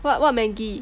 what what Maggi